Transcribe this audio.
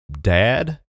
dad